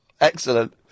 excellent